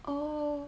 oh